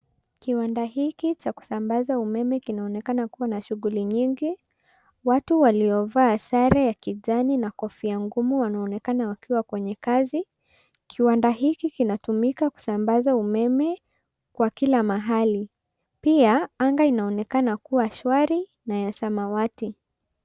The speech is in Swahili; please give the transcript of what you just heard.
Kiwanda hiki cha kusambaza umeme kinaonekana kua na shughuli nyingi. Watu waliovaa sare ya kijani na kofia ngumu wanaonekana wakiwa kwenye kazi. Kiwanda hiki kinatumika kusambaza umeme wa kila mahali. Pia anga inaonekana kua shwari na ya samawati.